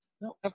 No